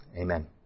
amen